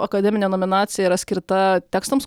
akademinė nominacija yra skirta tekstams